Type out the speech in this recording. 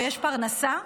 יש פרנסה,